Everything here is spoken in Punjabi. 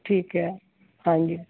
ਠੀਕ ਹੈ ਹਾਂਜੀ